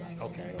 okay